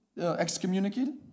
excommunicated